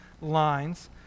lines